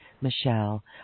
Michelle